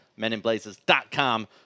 meninblazers.com